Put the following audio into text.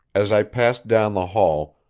as i passed down the hall,